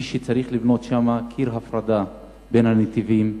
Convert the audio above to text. כביש שצריך לבנות בו קיר הפרדה בין הנתיבים.